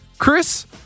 Chris